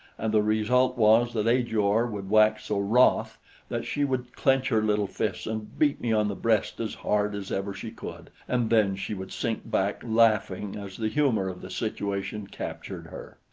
and the result was that ajor would wax so wroth that she would clench her little fists and beat me on the breast as hard as ever she could, and then she would sink back laughing as the humor of the situation captured her.